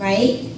Right